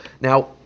Now